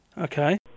okay